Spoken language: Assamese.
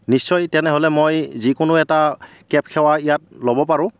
নিশ্চয় তেনেহ'লে মই যিকোনো এটা কেব সেৱা ইয়াত ল'ব পাৰোঁ